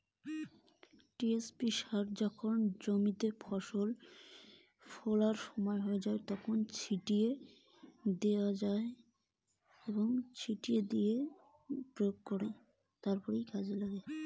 TSP সার জমিতে কখন এবং কিভাবে প্রয়োগ করা য়ায়?